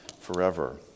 forever